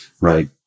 right